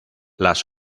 las